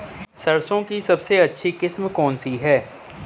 सरसों की सबसे अच्छी किस्म कौन सी है?